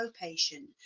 patient